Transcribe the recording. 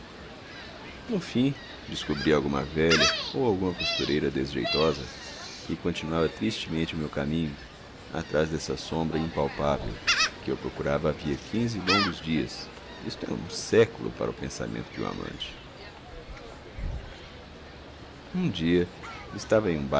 no fim descobria alguma velha ou alguma costureira desjeitosa e continuava tristemente o meu caminho atrás dessa sombra impalpável que eu procurava havia quinze longos dias isto é um século para o pensamento de um amante um dia estava em um